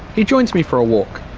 he joins me for a walk.